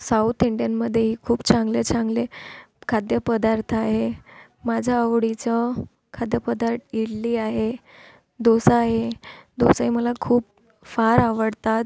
south इंडिअनमध्येही खूप चांगले चांगले खाद्यपदार्थ आहे माझा आवडीचं खाद्यपदार्थ इडली आहे दोसा आहे दोसाही मला खूप फार आवडतात